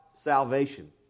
salvation